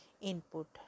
input